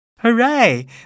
Hooray